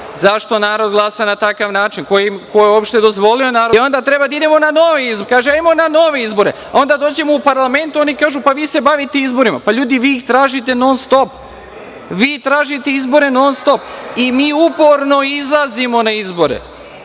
zašto narod glasa na takav način, ko je uopšte dozvolio narodu da tako glasa. Onda treba da idemo na nove izbore. Kaže – hajde da idemo na nove izbore. Onda dođemo u parlament a oni kažu – pa vi se bavite izborima. LJudi, vi ih tražite non stop. Vi tražite izbore non stop i mi uporno izlazimo na izbore,